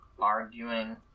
Arguing